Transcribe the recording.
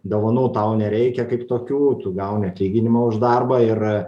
dovanų tau nereikia kaip tokių tu gauni atlyginimą už darbą ir